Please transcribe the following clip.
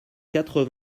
quatre